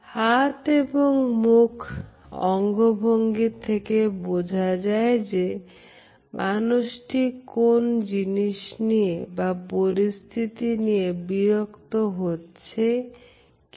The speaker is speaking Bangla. হাত এবং মুখ অঙ্গভঙ্গি থেকে বোঝা যায় যে মানুষটি কোন জিনিস নিয়ে বা পরিস্থিতি নিয়ে বিরক্ত হচ্ছে কি না